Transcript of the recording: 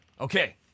Okay